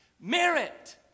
merit